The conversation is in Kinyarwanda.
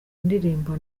indirimbo